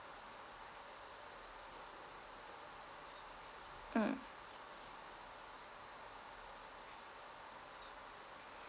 mm